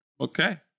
Okay